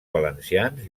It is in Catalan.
valencians